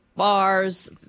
Bars